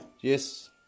Yes